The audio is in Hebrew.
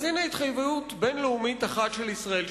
אז הנה התחייבות בין-לאומית אחת של ישראל,